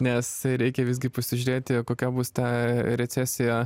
nes reikia visgi pasižiūrėti kokia bus ta recesija